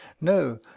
no